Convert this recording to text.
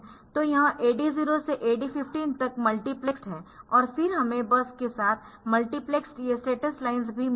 तो यह AD0 से AD15 तक मल्टीप्लेसड है और फिर हमें बस के साथ मल्टीप्लेसड ये स्टेटस लाइन्स भी मिली है